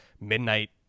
midnight